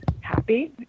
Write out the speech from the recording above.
happy